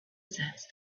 sets